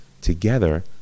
together